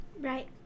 Right